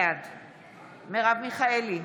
בעד מרב מיכאלי,